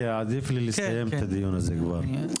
כי עדיף לי לסיים את הדיון הזה כבר.